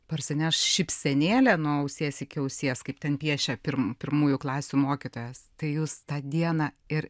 parsineš šypsenėlę nuo ausies iki ausies kaip ten piešia pirmų pirmųjų klasių mokytojas tai jūs tą dieną ir